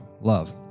love